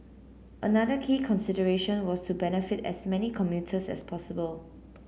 another key consideration was to benefit as many commuters as possible